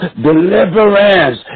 deliverance